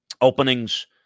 openings